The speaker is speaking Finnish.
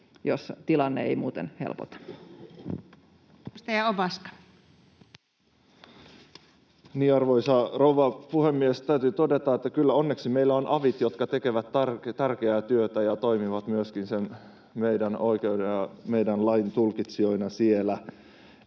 jos tilanne ei muuten helpota. Edustaja Ovaska. Arvoisa rouva puhemies! Täytyy todeta, että kyllä onneksi meillä on avit, jotka tekevät tärkeää työtä ja toimivat myöskin sen meidän oikeuden ja meidän lain tulkitsijoina siellä.